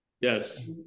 Yes